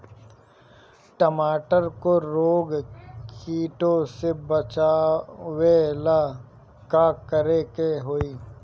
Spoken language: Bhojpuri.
टमाटर को रोग कीटो से बचावेला का करेके होई?